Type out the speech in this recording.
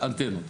אנטנות.